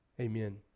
Amen